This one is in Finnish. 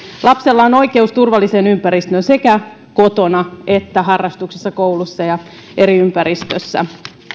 lapsella on oikeus turvalliseen ympäristöön sekä kotona että harrastuksissa koulussa ja eri ympäristöissä